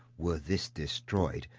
were this destroyed,